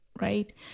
Right